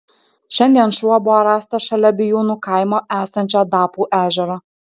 šiandien šuo buvo rastas šalia bijūnų kaimo esančio dapų ežero